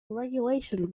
regulation